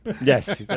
Yes